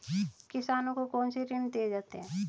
किसानों को कौन से ऋण दिए जाते हैं?